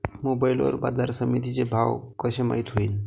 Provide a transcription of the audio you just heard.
Mobile वर बाजारसमिती चे भाव कशे माईत होईन?